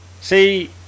see